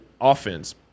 offense